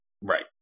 Right